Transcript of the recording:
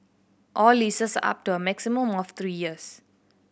all leases up to a maximum of three years